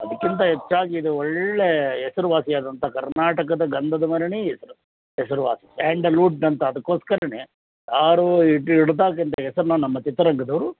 ಅದಕ್ಕಿಂತ ಹೆಚ್ಚಾಗಿ ಇದು ಒಳ್ಳೆಯ ಹೆಸ್ರುವಾಸಿಯಾದಂಥ ಕರ್ನಾಟಕದ ಗಂಧದ ಮರನೇ ಹೆಸ್ರು ಹೆಸರುವಾಸಿ ಸ್ಯಾಂಡಲ್ವುಡ್ ಅಂತ ಅದಕ್ಕೋಸ್ಕರನೇ ಯಾರೂ ಇಡು ಇಟ್ದಾಗಿಂದ ಹೆಸರನ್ನ ನಮ್ಮ ಚಿತ್ರರಂಗದವರು